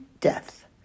death